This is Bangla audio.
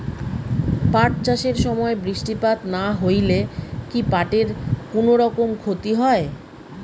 পাট চাষ এর সময় বৃষ্টিপাত না হইলে কি পাট এর কুনোরকম ক্ষতি হয়?